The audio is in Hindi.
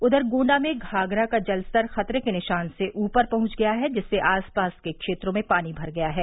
उधर गोण्डा में घाघरा का जल स्तर खतरे के निशान से ऊपर पहुंच गया है जिससे आसपास के क्षेत्रों में पानी भर गया है